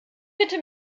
bitte